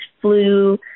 flu